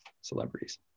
celebrities